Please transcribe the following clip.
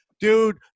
Dude